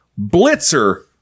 Blitzer